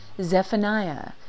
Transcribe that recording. Zephaniah